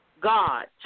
God